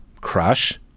Crash